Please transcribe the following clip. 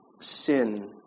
sin